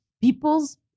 people's